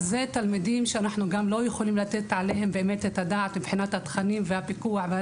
אלה תלמידים שאנחנו לא יכולים לתת עליהם את הדעת מבחינת התכנים והפיקוח,